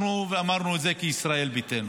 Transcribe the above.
אנחנו אמרנו את זה כישראל ביתנו,